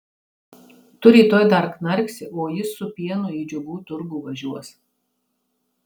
tu rytoj dar knarksi o jis su pienu į džiugų turgų važiuos